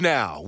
Now